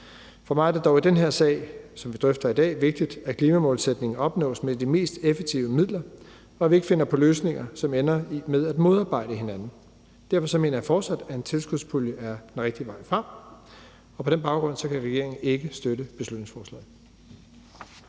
For mig er det dog i den her sag, som vi drøfter i dag, vigtigt, at klimamålsætningen opnås med de mest effektive midler, og at vi ikke finder på løsninger, som ender med at modarbejde hinanden. Derfor mener jeg fortsat, at en tilskudspulje er den rigtige vej frem. På den baggrund kan regeringen ikke støtte beslutningsforslaget.